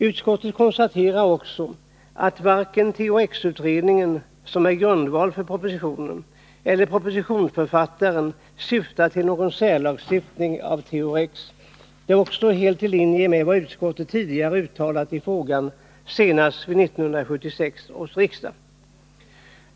Utskottet konstaterar också att varken THX-utredningen, som är grundvalen för propositionen, eller propositionsförfattaren syftar till en särlagstiftning för THX. Detta är också helt i linje med vad utskottet tidigare uttalat i frågan, senast vid 1976 års riksdag.